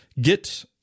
get